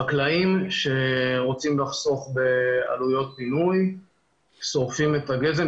חקלאים שרוצים לחסוך בעלויות פינוי שורפים את הגזם,